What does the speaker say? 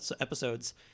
episodes